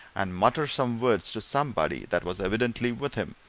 and mutter some words to somebody that was evidently with him,